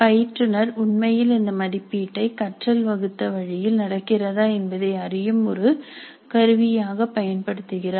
பயிற்றுநர் உண்மையில் இந்த மதிப்பீட்டை கற்றல் வகுத்த வழியில் நடக்கிறதா என்பதை அறியும் ஒரு கருவியாக பயன்படுத்துகிறார்